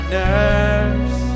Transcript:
nerves